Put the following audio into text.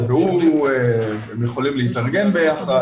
הם יכולים להתארגן ביחד.